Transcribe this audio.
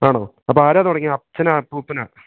ആണോ അപ്പോള് ആരാണ് തുടങ്ങിയത് അച്ഛനോ അപ്പൂപ്പനോ